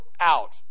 out